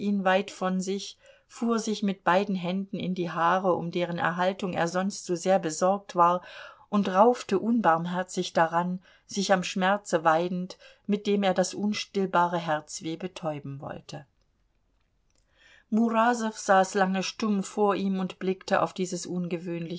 weit von sich fuhr sich mit beiden händen in die haare um deren erhaltung er sonst so sehr besorgt war und raufte unbarmherzig daran sich am schmerze weidend mit dem er das unstillbare herzweh betäuben wollte murasow saß lange stumm vor ihm und blickte auf dieses ungewöhnliche